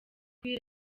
kuri